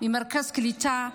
ממרכז קליטה,